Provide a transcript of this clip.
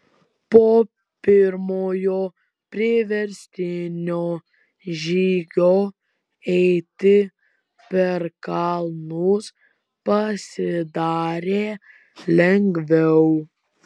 po pirmojo priverstinio žygio eiti per kalnus pasidarė lengviau